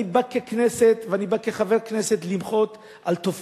אני בא ככנסת ואני בא כחבר כנסת למחות על תופעה